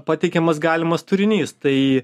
pateikiamas galimas turinys tai